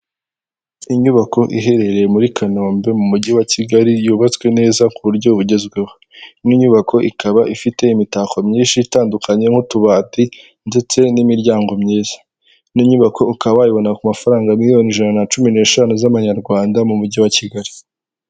Inyubako iherereye muri Kanombe mu mujyi wa Kigali, yubatswe neza ku buryo bugezweho, ni inyubako ikaba ifite imitako myinshi itandukanye, nk'utubati ndetse n'imiryango myiza, ni inyubako ukaba wayibona ku mafaranga miliyoni ijana na cumi n'eshanu z'amanyarwanda, mu mujyi wa Kigali.